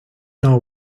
know